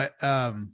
but-